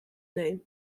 name